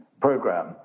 program